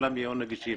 שכולן יהיו נגישות.